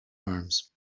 arms